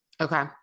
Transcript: okay